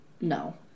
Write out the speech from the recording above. no